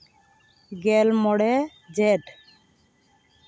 ᱜᱮᱞᱢᱚᱬᱮ ᱡᱷᱮᱸᱴ